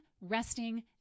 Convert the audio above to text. resting